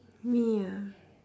me ah